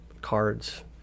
cards